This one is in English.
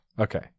Okay